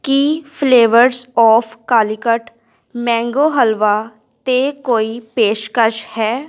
Ki flavours of Calicut mango halwa 'ਤੇ ਕੋਈ ਪੇਸ਼ਕਸ਼ ਹੈ